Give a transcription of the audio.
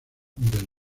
del